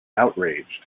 outraged